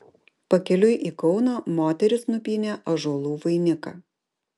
pakeliui į kauną moterys nupynė ąžuolų vainiką